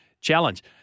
challenge